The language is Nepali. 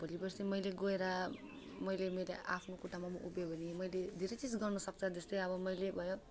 अब भोलि पर्सि मैले गएर मैले मेरो आफ्नो खुट्टामा पनि उभिएँ भने मैले धेरै चिज गर्न सक्छ जस्तै अब मैले भयो